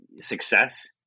success